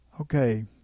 okay